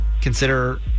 consider